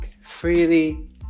freely